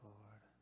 Lord